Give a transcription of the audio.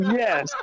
yes